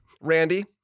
Randy